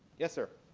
yes, sir.